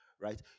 right